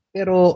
Pero